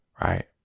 right